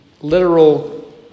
literal